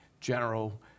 general